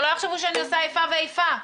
שלא יחשבו שאני עושה איפה ואיפה.